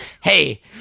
Hey